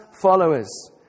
followers